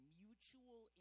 mutual